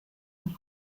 und